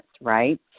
right